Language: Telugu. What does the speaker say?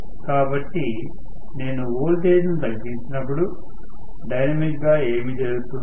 కాబట్టి నేను వోల్టేజ్ను తగ్గించినప్పుడు డైనమిక్గా ఏమి జరుగుతుంది